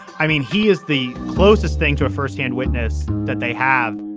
i mean, he is the closest thing to a first hand witness that they have